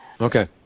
Okay